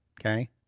okay